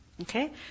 Okay